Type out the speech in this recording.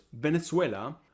Venezuela